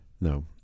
no